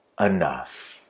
enough